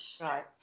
Right